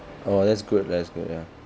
oh that's good that's good ya